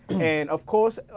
and of course,